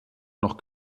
noch